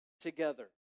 together